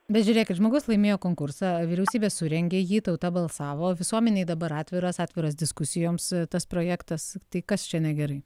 bet žiūrėkit žmogus laimėjo konkursą vyriausybė surengė jį tauta balsavo visuomenei dabar atviras atviras diskusijoms tas projektas tai kas čia negerai